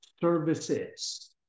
services